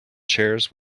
chairs